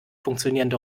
funktionierende